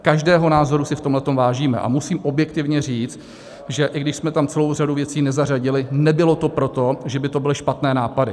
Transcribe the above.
Každého názoru si v tomhle vážíme a musím objektivně říct, že i když jsme tam celou řadu věcí nezařadili, nebylo to proto, že by to byly špatné nápady.